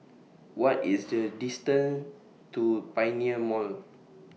What IS The distance to Pioneer Mall